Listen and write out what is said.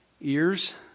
ears